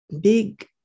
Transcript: big